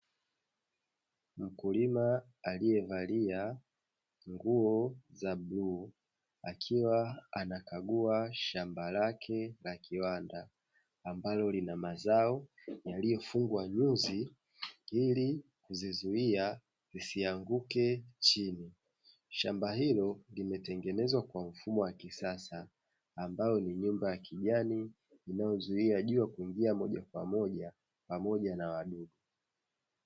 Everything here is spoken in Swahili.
Mkulima aliyevalia nguo za bluu, akiwa anakagua shamba lake la kiwanda ambalo lina mazao yaliyofungwa nyuzi ili kuzizuia zisianguke chini. Shamba hilo limetengenezwa kwa mfumo wa kisasa ambao ni nyumba ya kijani inayozuia jua kuingia moja kwa moja pamoja na wadudu.